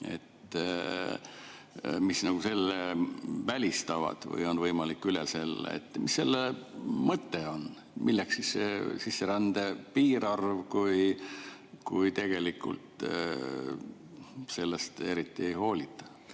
mis nagu selle välistavad või on võimalik [tulla] üle selle. Mis selle mõte on? Milleks siis sisserände piirarv, kui tegelikult sellest eriti ei hoolita?